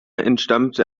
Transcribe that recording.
entstammte